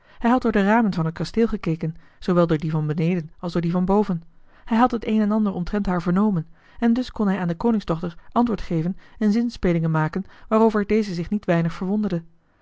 hij had door de ramen van het kasteel gekeken zoowel door die van beneden als door die van boven hij had het een en ander omtrent haar vernomen en dus kon hij aan de koningsdochter antwoord geven en zinspelingen maken waarover deze zich niet weinig verwonderde